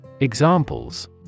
Examples